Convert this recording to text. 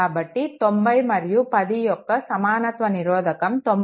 కాబట్టి 90 మరియు 10 యొక్క సమానత్వ నిరోధకం 9010100